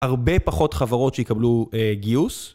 הרבה פחות חברות שיקבלו גיוס.